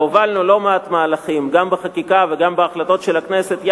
והובלנו כאן יד ביד לא מעט מהלכים גם בחקיקה וגם בהחלטות של הכנסת,